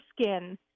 skin